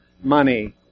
money